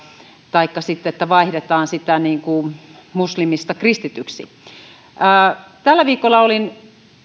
taikka sitten vaihdetaan muslimista kristityksi tällä viikolla olin